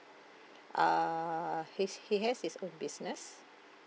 err his he has his own business